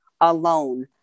alone